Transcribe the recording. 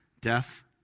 death